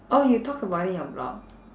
oh you talk about it in your blog